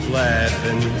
laughing